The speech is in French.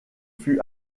fut